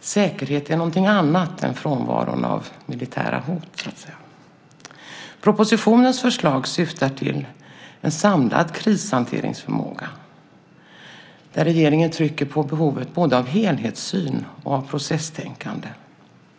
Säkerhet är något annat än frånvaron av militära hot. Propositionens förslag syftar till en samlad krishanteringsförmåga där regeringen trycker på behovet av både helhetssyn och processtänkande.